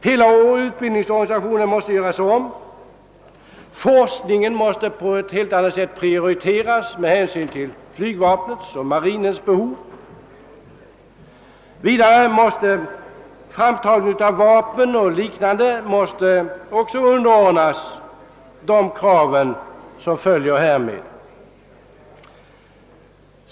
Hela vår utbildningsorganisation måste göras om, forskningen måste på ett helt annat sätt än vad som nu är fallet prioriteras med hänsyn till flygvapnets och marinens behov, vidare måste framskaffande av vapen och liknande utrustning underordnas de krav som följer härav.